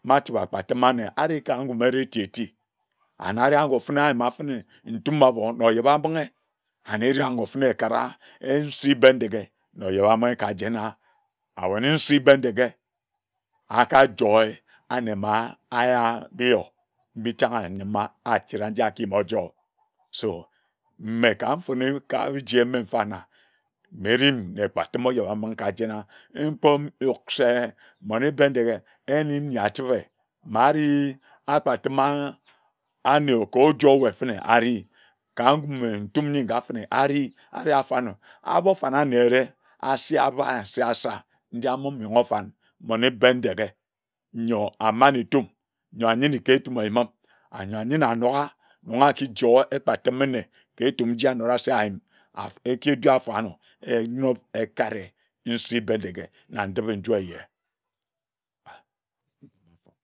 Ma achibi akpatima anne areh ka ngum ereh eti eti anne areh agor fene ayima fene ntum abor na ojebambinghe anne ere agor fene kara en nsi Bendeghe na ojebambinghi kajena abone nsi Bendeghe akajoer anne ma ayaka eyo mbichanghe nyima atira nja akiyim ajor so mme ka mfone ka jie eme mfana merin na ekpatime ojebambinghi lkajena mkpon yuk se mmone Bendeghe enina achibe mari akpatima anne kajoer waer fene ari ka ngum etum nyi nga fene ari arefanor abofana anne ereh asi abai asa nji amomogho ofan mmone Bendeghe nyor aman etum nyor ayini ka etum eyi mim nyor ayini anoka nyor akijoer ekpatime ka etum njia anora se ayim ar ekijoer enob ekare nsi Bendeghe na ndipi nju eye tik mmofon